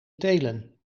telen